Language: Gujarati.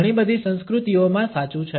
આ ઘણી બધી સંસ્કૃતિઓમાં સાચું છે